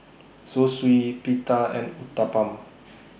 Zosui Pita and Uthapam